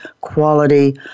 quality